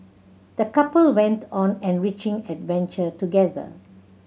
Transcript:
the couple went on an enriching adventure together